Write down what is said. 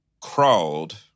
crawled